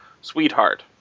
sweetheart